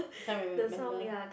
you can't remember